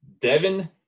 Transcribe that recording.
Devin